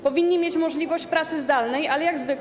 Powinni mieć możliwość pracy zdalnej, ale jak zwykle.